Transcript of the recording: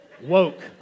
Woke